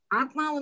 atma